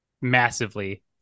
massively